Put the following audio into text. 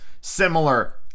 similar